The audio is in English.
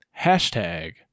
Hashtag